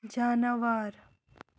جاناوار